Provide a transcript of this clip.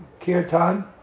kirtan